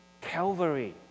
Calvary